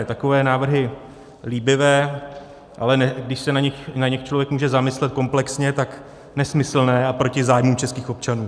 Takové návrhy líbivé, ale když se nad nimi člověk může zamyslet komplexně, tak nesmyslné a proti zájmům českých občanů.